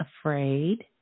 afraid